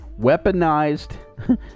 weaponized